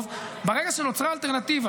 יש לך ממ"חים,